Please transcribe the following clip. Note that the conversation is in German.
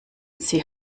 sie